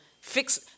fix